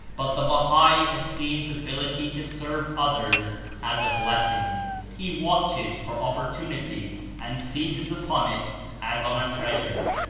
but the bahai esteems ability to serve others as a blessing he watches for opportunity and seizes upon it as on a treasure.